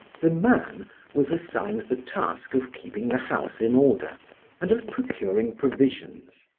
the man was assigned the task of keeping the house in order and of procuring provisions,